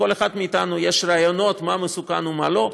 לכל אחד מאתנו יש רעיונות מה מסוכן ומה לא,